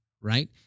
Right